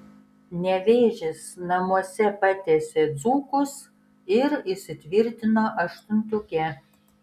nevėžis namuose patiesė dzūkus ir įsitvirtino aštuntuke